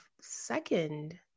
second